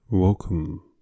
Welcome